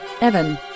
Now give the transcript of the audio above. Evan